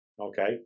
okay